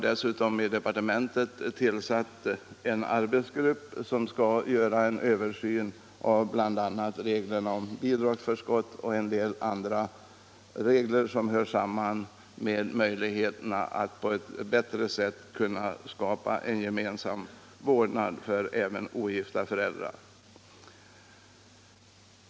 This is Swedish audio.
Dessutom har i departementet tillsatts en arbetsgrupp som skall göra en översyn av bl.a. reglerna om bidragsförskott och en del andra regler som hör samman med möjligheterna att underlätta gemensam vårdnad även för ogifta föräldrar.